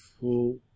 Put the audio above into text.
full